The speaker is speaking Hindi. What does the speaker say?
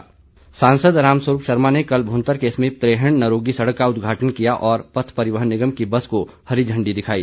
सांसद सांसद राम स्वरूप शर्मा ने कल भुंतर के समीप त्रैहण नरोगी सड़क का उद्घाटन किया और पथ परिवहन निगम की बस को हरी झंडी दिखाई